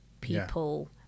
people